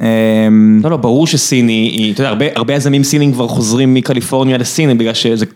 ברור שסיני, הרבה יזמים סיניים כבר חוזרים מקליפורניה לסין.